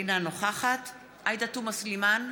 אינה נוכחת עאידה תומא סלימאן,